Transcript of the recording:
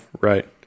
Right